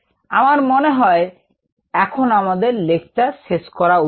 আমার মনে হয় এখন আমাদের লেকচার শেষ করা উচিত